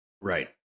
Right